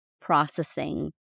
processing